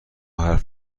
حرف